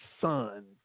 son